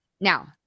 now-